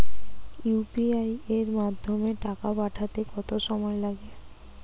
UPI এর মাধ্যমে টাকা পাঠাতে কত সময় লাগে?